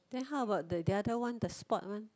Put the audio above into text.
then how about the the other one the spoilt one